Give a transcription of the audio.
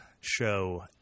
show